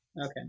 Okay